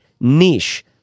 niche